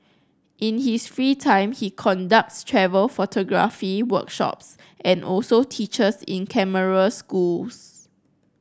in his free time he conducts travel photography workshops and also teachers in camera schools